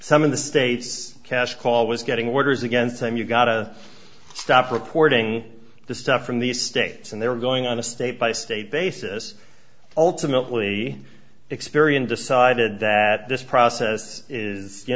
some of the states cash call was getting orders against them you've got to stop reporting the stuff from the states and they were going on a state by state basis ultimately experian decided that this process is you